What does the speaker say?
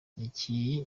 iki